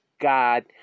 God